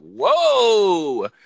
whoa